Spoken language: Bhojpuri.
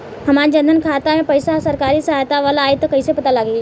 हमार जन धन खाता मे पईसा सरकारी सहायता वाला आई त कइसे पता लागी?